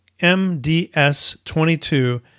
MDS22